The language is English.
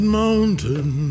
mountain